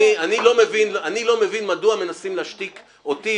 אני לא מבין מדוע מנסים להשתיק אותי,